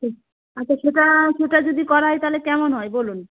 হুম আচ্ছা সেটা সেটা যদি করা হয় তাহলে কেমন হয় বলুন